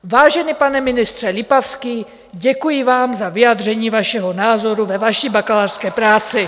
Vážený pane ministře Lipavský, děkuji vám za vyjádření vašeho názoru ve vaší bakalářské práci.